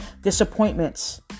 disappointments